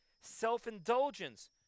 self-indulgence